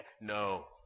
No